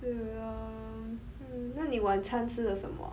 那你晚餐吃了什么